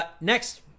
Next